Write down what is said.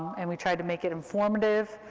and we tried to make it informative.